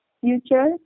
future